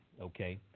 okay